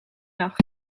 nacht